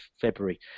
February